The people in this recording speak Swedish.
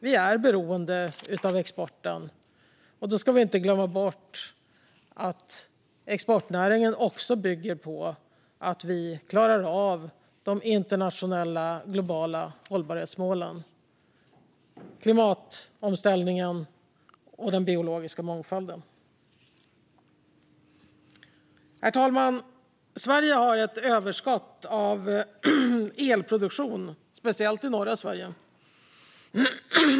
Vi är beroende av exporten, och då ska vi inte glömma bort att exportnäringen också bygger på att vi klarar av de internationella, globala hållbarhetsmålen, klimatomställningen och den biologiska mångfalden. Herr talman! Sverige har ett överskott av elproduktion, speciellt i norra Sverige.